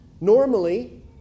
Normally